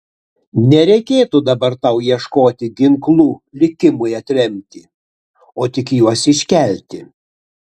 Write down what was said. nereikėtų dabar tau ieškoti ginklų likimui atremti o tik juos iškelti